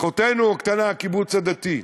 אחותנו הקטנה, הקיבוץ הדתי.